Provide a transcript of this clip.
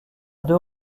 deux